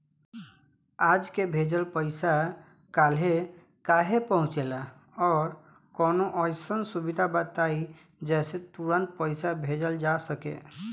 आज के भेजल पैसा कालहे काहे पहुचेला और कौनों अइसन सुविधा बताई जेसे तुरंते पैसा भेजल जा सके?